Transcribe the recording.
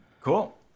Cool